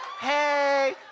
hey